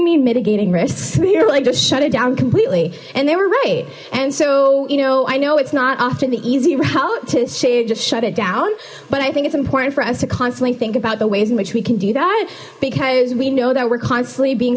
mean mitigating risks you're like just shut it down completely and they were right and so you know i know it's not often the easy route to shade just shut it down but i think it's important for us to constantly think about the ways in which we can do that because we know that we're constantly being